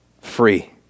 free